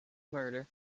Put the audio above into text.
murder